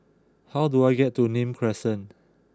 how do I get to Nim Crescent